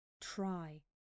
try